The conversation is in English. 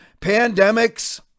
pandemics